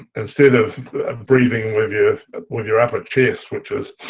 instead of breathing with your with your upper chest which is